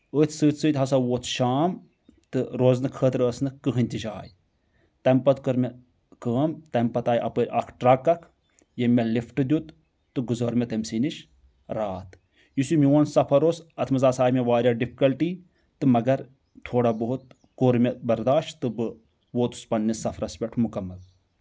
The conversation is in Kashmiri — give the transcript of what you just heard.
أتھۍ سۭتۍ سۭتۍ ہسا ووت شام تہٕ روزنہٕ خٲطرٕ ٲس نہٕ کہینۍ تہِ جاۓ تمہِ پتہٕ کٔر مےٚ کٲم تمہِ پتہٕ آیہِ اپٲرۍ اکھ ٹرک اکھ یٔمۍ مےٚ لفٹ دِیُت تہٕ گُزٲر مےٚ تٔمۍ سۍ نش راتھ یُس یہِ میون سفر اوس اتھ منٛز ہسا آیہِ مےٚ واریاہ ڈفکلٹی تہٕ مگر تھوڑا بہت کوٚر مےٚ برداشت تہٕ بہٕ ووتُس پننِس سفرس پٮ۪ٹھ مُکمل